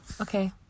okay